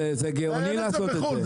אין את זה בחו"ל,